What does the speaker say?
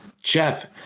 Jeff